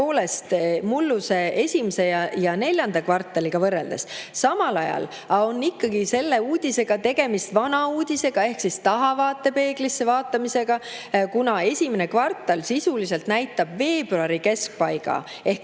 võrreldes mulluse esimese ja neljanda kvartaliga, samal ajal on ikkagi selle uudise näol tegemist vana uudisega ehk tahavaatepeeglisse vaatamisega, kuna esimene kvartal sisuliselt näitab veebruari keskpaiga ehk